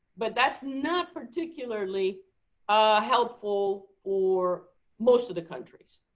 but that's not particularly helpful for most of the countries.